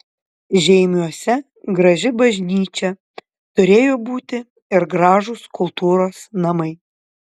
žeimiuose graži bažnyčia turėjo būti ir gražūs kultūros namai